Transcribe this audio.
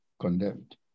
condemned